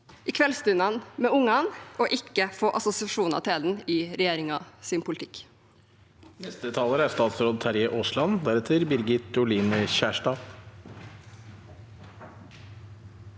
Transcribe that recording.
i kveldsstundene med ungene og ikke få assosiasjoner til den i regjeringens politikk.